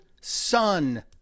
son